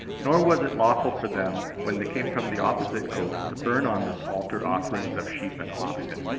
nor was it lawful for them, when they came from the opposite coast, to burn on this altar offerings of sheep and oxen,